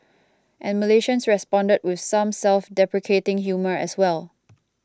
and Malaysians responded with some self deprecating humour as well